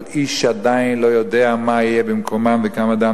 אבל איש עדיין לא יודע מה יהיה במקומם וכמה דם